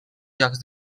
llocs